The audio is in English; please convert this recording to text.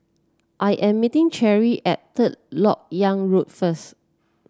I am meeting Cherri at Third LoK Yang Road first